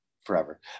forever